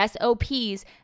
sops